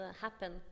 happen